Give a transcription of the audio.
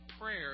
prayer